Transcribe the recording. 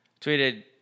Tweeted